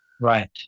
Right